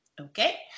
Okay